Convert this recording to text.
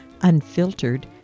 unfiltered